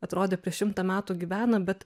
atrodė prieš šimtą metų gyvena bet